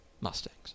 Mustangs